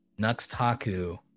Nuxtaku